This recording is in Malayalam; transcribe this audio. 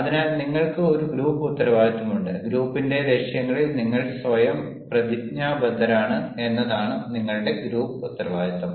അതിനാൽ നിങ്ങൾക്ക് ഒരു ഗ്രൂപ്പ് ഉത്തരവാദിത്തമുണ്ട് ഗ്രൂപ്പിന്റെ ലക്ഷ്യങ്ങളിൽ നിങ്ങൾ സ്വയം പ്രതിജ്ഞാബദ്ധരാണ് എന്നതാണ് നിങ്ങളുടെ ഗ്രൂപ്പ് ഉത്തരവാദിത്തം